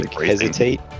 hesitate